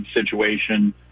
situation